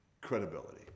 credibility